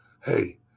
hey